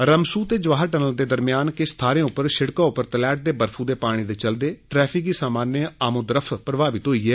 रमसू ते जवाहर टनल दे दरमेयान किच्छ थाहरें उप्पर शिड़का उप्पर तलैट ते बर्फू दे पानी दे चलदे ट्रैफिक दी सामान्य आमोदफट प्रभावित होई ऐ